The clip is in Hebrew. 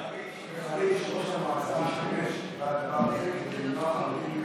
של ראש המועצה משתמש בדבר הזה כדי למנוע מחרדים להיכנס.